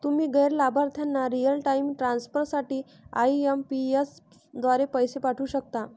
तुम्ही गैर लाभार्थ्यांना रिअल टाइम ट्रान्सफर साठी आई.एम.पी.एस द्वारे पैसे पाठवू शकता